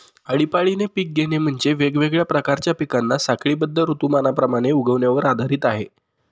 आळीपाळीने पिक घेणे म्हणजे, वेगवेगळ्या प्रकारच्या पिकांना साखळीबद्ध ऋतुमानाप्रमाणे उगवण्यावर आधारित आहे